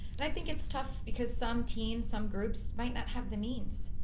and i think it's tough because some teams, some groups might not have the means.